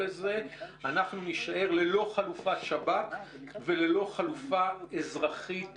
נישאר ללא חלופת השב"כ וללא חלופה אזרחית